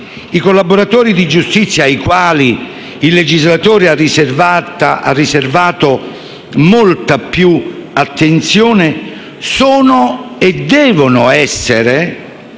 i collaboratori di giustizia, ai quali il legislatore ha riservato molta più attenzione, sono e devono essere,